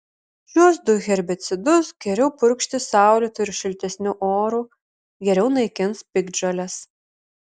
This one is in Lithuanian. šiuos du herbicidus geriau purkšti saulėtu ir šiltesniu oru geriau naikins piktžoles